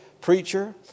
preacher